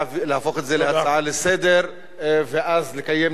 להפוך את זה להצעה לסדר-היום ואז לקיים